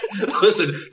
listen